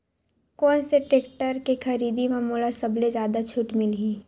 कोन से टेक्टर के खरीदी म मोला सबले जादा छुट मिलही?